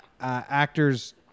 actors